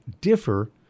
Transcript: differ